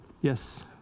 Yes